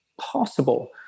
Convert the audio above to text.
possible